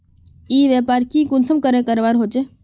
ई व्यापार की कुंसम करवार करवा होचे?